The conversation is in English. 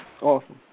Awesome